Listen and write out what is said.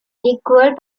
equal